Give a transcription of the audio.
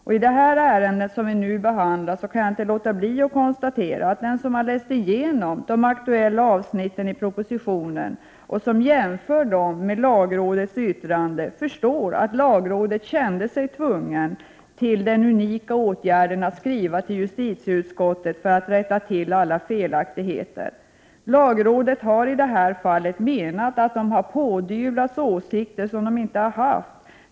När det gäller det ärende vi nu behandlar kan jag inte låta bli att konstatera att den som har läst igenom de aktuella avsnitten i propositionen och jämfört dem med lagrådets yttrande förstår att lagrådets ledamöter kände sig tvungna att ta till den unika åtgärden att skriva till justitieutskottet för att rätta till alla felaktigheter. Lagrådets ledamöter har menat att de i det här fallet har pådyvlats åsikter som de inte har haft.